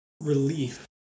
relief